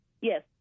Yes